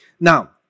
Now